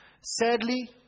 Sadly